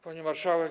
Pani Marszałek!